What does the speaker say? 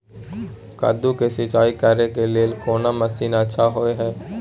कद्दू के सिंचाई करे के लेल कोन मसीन अच्छा होय है?